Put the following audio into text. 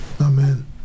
Amen